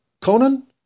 Conan